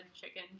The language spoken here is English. chicken